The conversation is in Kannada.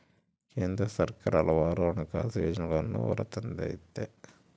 ಕೇಂದ್ರ ಸರ್ಕಾರ ಹಲವಾರು ಹಣಕಾಸು ಯೋಜನೆಗಳನ್ನೂ ಹೊರತಂದತೆ